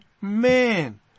man